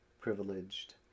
privileged